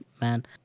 man